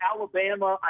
Alabama